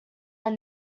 are